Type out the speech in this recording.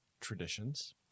traditions